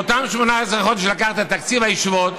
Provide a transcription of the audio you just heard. באותם 18 חודש לקחת את תקציב הישיבות,